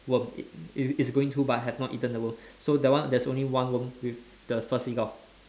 worm it's it's going to but have not eaten the worm so that one there's only one worm with the first seagull